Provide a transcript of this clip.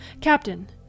Captain